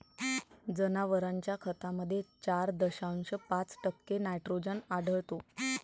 जनावरांच्या खतामध्ये चार दशांश पाच टक्के नायट्रोजन आढळतो